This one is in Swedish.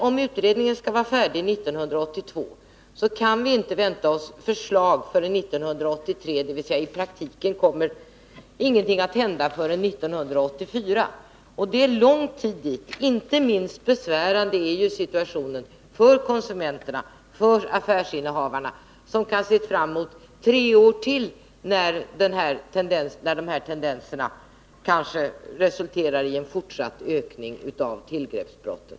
Om utredningen skall vara färdig 1982 kan vi inte vänta oss förslag förrän 1983, dvs. i praktiken kommer ingenting att hända förrän 1984, och det är lång tid dit. Inte minst besvärande är situationen för konsumenterna och för affärsinnehavarna, som kan se fram mot tre år till när de här tendenserna kan resultera i en fortsatt ökning i tillgreppsbrotten.